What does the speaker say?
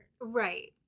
Right